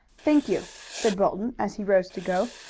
thank you, said bolton as he rose to go.